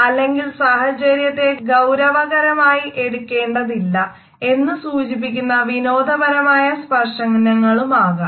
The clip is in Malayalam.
അല്ലെങ്കിൽ സാഹചര്യത്തെ ഗൌരവകരമായി എടുക്കേണ്ടതില്ല എന്ന് സൂചിപ്പിക്കുന്ന വിനോദപരമായ സ്പർശനങ്ങളുമാകാം